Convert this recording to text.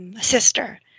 sister